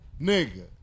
nigga